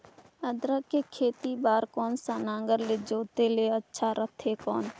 अदरक के खेती बार कोन सा नागर ले जोते ले अच्छा रथे कौन?